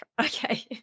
Okay